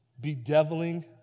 bedeviling